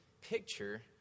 picture